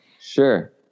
Sure